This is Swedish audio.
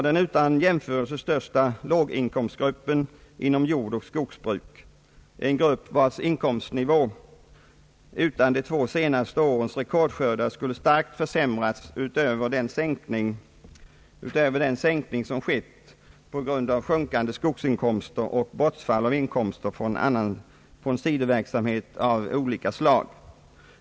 Den utan jämförelse största låginkomstgruppen finns inom jordoch skogsbruk — en grupp vars inkomstnivå utan de två senaste årens rekordskördar skulle ha starkt försämrats utöver den sänkning som skett på grund av sjunkande skogsinkomster och bortfall av inkomst från sidoverksamhet av olika slag.